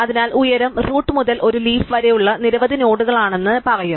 അതിനാൽ ഉയരം റൂട്ട് മുതൽ ഒരു ലീഫ് വരെയുള്ള നിരവധി നോഡുകളാണെന്ന് ഞങ്ങൾ പറയും